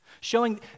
showing